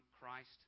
Christ